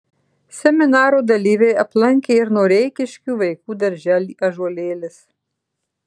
seminaro dalyviai aplankė ir noreikiškių vaikų darželį ąžuolėlis